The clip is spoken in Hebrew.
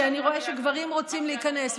כי אני רואה שגברים רוצים להיכנס.